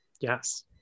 Yes